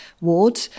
ward